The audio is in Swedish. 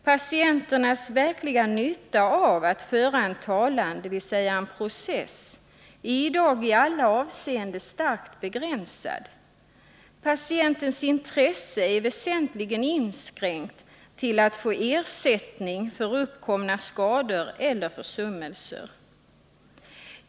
Patienternas verkliga nytta av att föra en talan, dvs. en process, är i dag i alla avseenden starkt begränsad. Patientens intresse är väsentligen inskränkt till att få ersättning för uppkomna skador eller försummelser.